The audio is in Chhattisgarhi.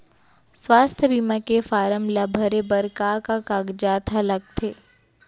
स्वास्थ्य बीमा के फॉर्म ल भरे बर का का कागजात ह लगथे?